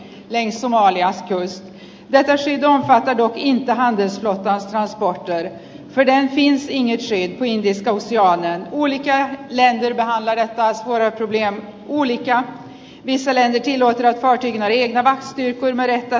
lensu maalia joista jää täysin kadotin tähän asti hän sortui vedä niin swingiäkseen kuin viskoosia ja uudet ja lentojaan joiden kasvoja kiviä uusi ja detta skydd omfattar dock inte handelsflottans transporter